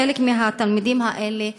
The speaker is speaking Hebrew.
חלק מהתלמידים האלה נושרים,